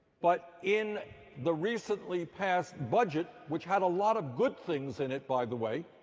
but in the recently passed budget, which had a lot of good things in it, by the way,